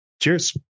Cheers